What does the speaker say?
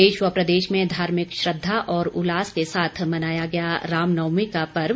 देश व प्रदेश में धार्मिक श्रद्वा और उल्लास के साथ मनाया गया रामनवमी का पर्व